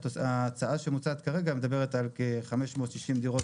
ההצעה שמוצעת כרגע מדברת על כ-560 דירות